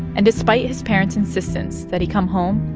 and despite his parents' insistence that he come home,